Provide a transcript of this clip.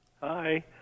Hi